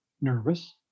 nervous